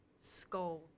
skull